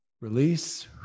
Release